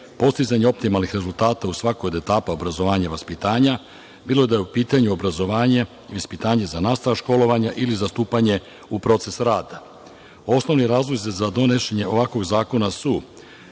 postizanje optimalnih rezultata u svakoj od etapa obrazovanja i vaspitanja, bilo da je u pitanju obrazovanje i vaspitanje za nastavak školovanja ili za stupanje u proces rada. Osnovni razlozi za donošenje ovakvog zakona su